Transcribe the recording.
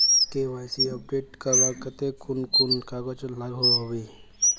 KYC update करवार केते कुन कुन कागज लागोहो होबे?